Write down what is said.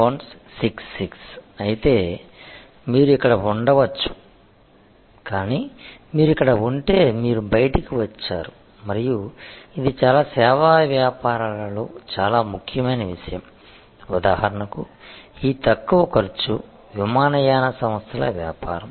66 అయితే మీరు ఇక్కడ ఉండవచ్చు కానీ మీరు ఇక్కడ ఉంటే మీరు బయటికి వచ్చారు మరియు ఇది చాలా సేవా వ్యాపారాలలో చాలా ముఖ్యమైన విషయం ఉదాహరణకు ఈ తక్కువ ఖర్చు విమానయాన సంస్థల వ్యాపారం